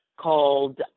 called